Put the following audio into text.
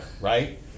right